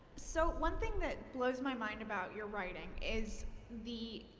so one thing that blows my mind about your writing is the